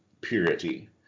purity